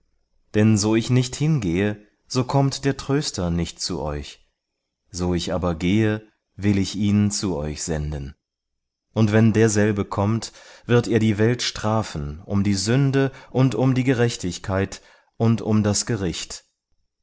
denn so ich nicht hingehe so kommt der tröster nicht zu euch so ich aber gehe will ich ihn zu euch senden und wenn derselbe kommt wird er die welt strafen um die sünde und um die gerechtigkeit und um das gericht